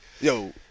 Yo